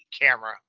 camera